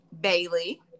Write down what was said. Bailey